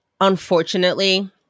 unfortunately